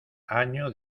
año